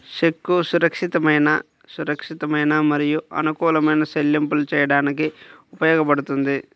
చెక్కు సురక్షితమైన, సురక్షితమైన మరియు అనుకూలమైన చెల్లింపులు చేయడానికి ఉపయోగించబడుతుంది